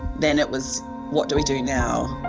then it was what do we do now?